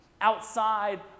outside